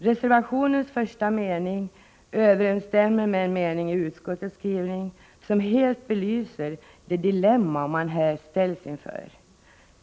Reservationens första mening överensstämmer med en mening i utskottets skrivning som helt belyser det dilemma man här ställs inför.